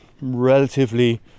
relatively